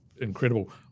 incredible